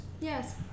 Yes